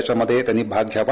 त्यामध्ये त्यांनी भाग घ्यावा